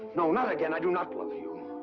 no, not again! i do not love you.